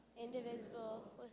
indivisible